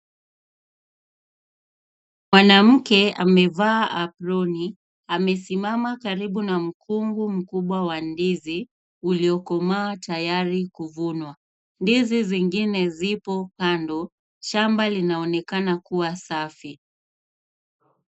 Mwanamke amevaa aproni, amesimama karibu na mkungu mkubwa wa ndizi uliokomaa tayari kuvunwa. Ndizi zingine zipo kando. Shamba linaonekana kuwa safi.